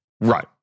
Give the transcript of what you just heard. Right